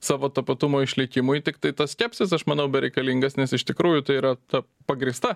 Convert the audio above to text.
savo tapatumo išlikimui tiktai tas skepsis aš manau bereikalingas nes iš tikrųjų tai yra ta pagrįsta